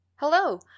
Hello